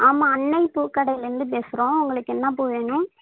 ஆமாம் அன்னை பூ கடைலேருந்து பேசுகிறோம் உங்களுக்கு என்ன பூ வேணும்